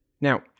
Now